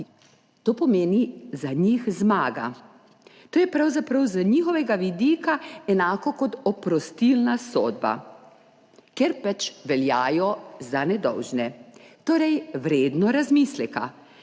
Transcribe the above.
to pomeni za njih zmago. To je pravzaprav z njihovega vidika enako kot oprostilna sodba, ker pač veljajo za nedolžne. Torej, vredno razmisleka.